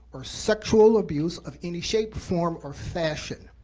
or sexual abuse of any shape, form, or fashion.